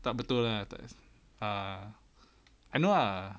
tak betul ah ah I know ah